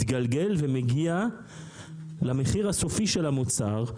מתגלגל ומגיע למחיר הסופי של המוצר,